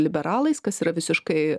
liberalais kas yra visiškai